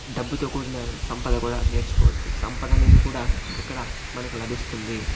డబ్బుతో కూడిన సంపద కూడ నేర్చుకోవచ్చు సంపద అనేది కూడ ఇక్కడ మనకు లభిస్తుంది